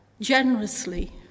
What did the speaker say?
generously